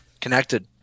connected